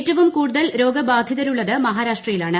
ഏറ്റവും കൂടുതൽ രോഗബാധിതരുള്ളത് മഹാരാഷ്ട്ര യിലാണ്